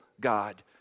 God